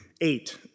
eight